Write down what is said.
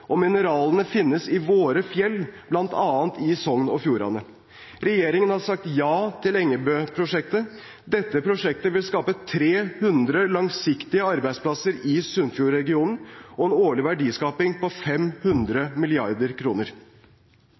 og mineralene finnes i våre fjell, bl.a. i Sogn og Fjordane. Regjeringen har sagt ja til Engebøprosjektet. Dette prosjektet vil skape 300 langsiktige arbeidsplasser i Sunnfjordregionen og en årlig verdiskaping på 500